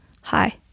Hi